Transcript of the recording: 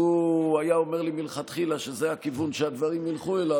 לו הוא היה אומר לי מלכתחילה שזה הכיוון שהדברים ילכו אליו,